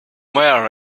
where